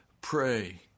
Pray